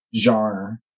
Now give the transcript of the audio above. genre